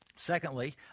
Secondly